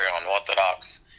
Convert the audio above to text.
unorthodox